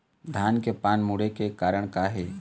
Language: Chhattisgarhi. धान के पान मुड़े के कारण का हे?